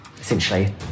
essentially